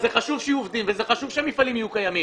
וזה חשוב שיהיו עובדים וזה חשוב שהמפעלים יהיו קיימים.